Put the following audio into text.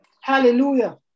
Hallelujah